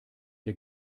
der